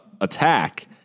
attack